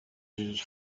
his